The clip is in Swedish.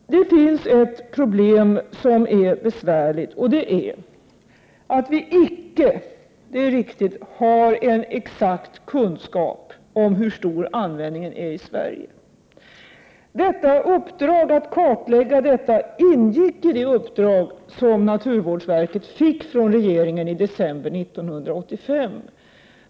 Det finns ett problem som är besvärligt. Det är helt riktigt att vi icke har en exakt kunskap om hur stor användningen är i Sverige. Att kartlägga detta ingick i det uppdrag som naturvårdsverket fick av regeringen i december 1985.